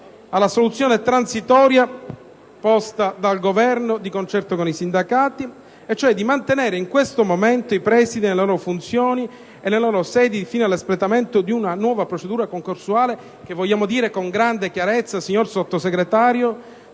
alla soluzione transitoria adottata dal Governo di concerto con i sindacati, cioè di mantenere in questo momento i presidi nelle loro funzioni e nelle loro sedi fino all'espletamento di una nuova procedura concorsuale che - lo vogliamo dire con grande chiarezza, signor Sottosegretario